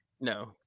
No